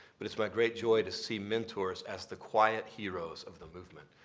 but it's my great joy to see mentors as the quiet heroes of the movement,